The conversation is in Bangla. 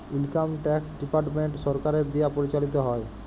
ইলকাম ট্যাক্স ডিপার্টমেন্ট সরকারের দিয়া পরিচালিত হ্যয়